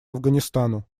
афганистану